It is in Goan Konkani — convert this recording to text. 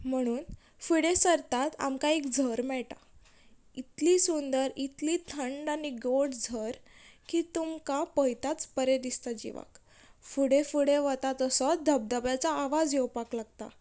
म्हणून फुडें सरतात आमकां एक झर मेळटा इतली सुंदर इतली थंड आनी गोड झर की तुमकां पयताच बरें दिसता जिवाक फुडें फुडें वता तसोत धबधब्याचो आवाज येवपाक लागता